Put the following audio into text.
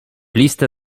listę